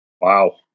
Wow